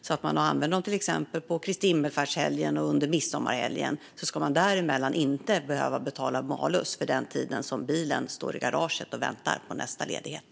Om man använder husbilen under till exempel Kristi himmelsfärdshelgen och midsommarhelgen ska man däremellan inte behöva betala malus för den tid då den står i garaget och väntar på nästa ledighet.